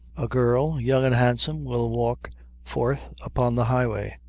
a girl, young and handsome, will walk forth upon the highway,